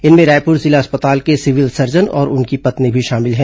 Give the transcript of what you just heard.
इनमें रायपुर जिला अस्पताल के सिविल सर्जन और उनकी पत्नी भी शामिल हैं